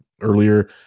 earlier